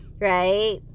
right